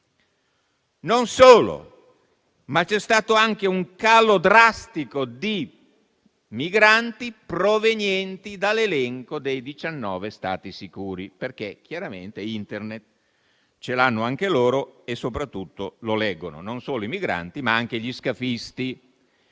Non solo, ma c'è stato anche un calo drastico di migranti provenienti dall'elenco dei 19 Stati sicuri, perché chiaramente Internet ce l'hanno anche loro e soprattutto lo leggono non solo i migranti, ma anche gli scafisti